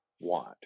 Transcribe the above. want